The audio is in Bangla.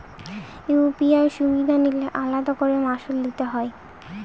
ইউ.পি.আই সুবিধা নিলে আলাদা করে মাসুল দিতে হয়?